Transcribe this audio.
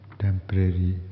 temporary